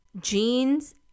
jeans